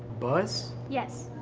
bus? yes.